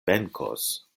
venkos